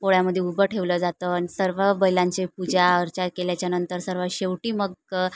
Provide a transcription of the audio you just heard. पोळ्यामध्ये उभं ठेवलं जातं आणि सर्व बैलांचे पूजा अर्चा केल्याच्यानंतर सर्वात शेवटी मग